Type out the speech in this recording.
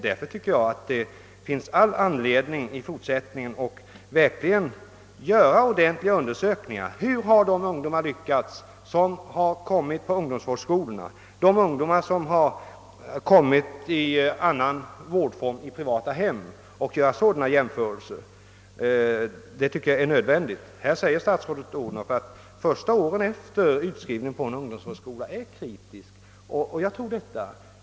Därför tycker jag att det framdeles finns all anledning att göra ordentliga undersökningar om hur de ungdomar lyckats som blivit intagna på ungdomsvårdsskolor och därvid jämföra resultatet med hur det gått för dem som kommit till annan vårdform, in i privata hem exempelvis. Enligt min mening är det nödvändigt att göra sådana jämförelser. Statsrådet Odhnoff sade att de första åren efter utskrivningen från ungdomsvårdsskola är kritiska, och det är också min mening.